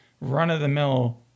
run-of-the-mill